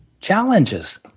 challenges